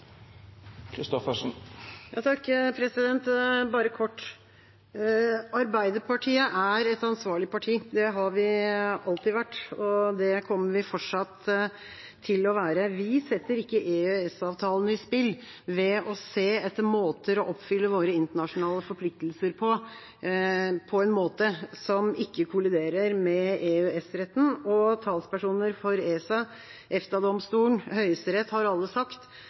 Bare kort: Arbeiderpartiet er et ansvarlig parti. Det har det alltid vært, og det kommer det fortsatt til å være. Vi setter ikke EØS-avtalen i spill ved å se etter måter å oppfylle våre internasjonale forpliktelser på som ikke kolliderer med EØS-retten. Talspersoner for ESA, EFTA-domstolen og Høyesterett har alle sagt